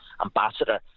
ambassador